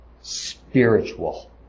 spiritual